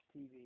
TV